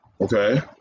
Okay